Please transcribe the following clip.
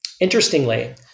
Interestingly